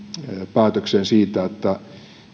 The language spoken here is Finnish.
päätökseen siitä että